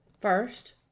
First